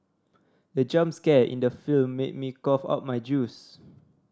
the jump scare in the film made me cough out my juice